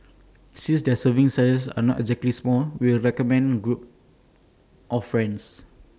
since their serving sizes are not exactly small we'll recommend group of friends